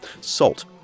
Salt